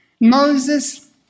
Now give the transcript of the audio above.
Moses